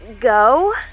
go